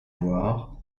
loire